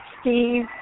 Steve